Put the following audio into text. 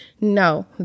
No